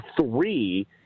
three